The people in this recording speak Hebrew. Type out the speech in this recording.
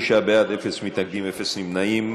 39 בעד, אין מתנגדים, אין נמנעים.